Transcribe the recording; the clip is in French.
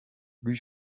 lui